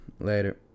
later